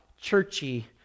churchy